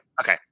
Okay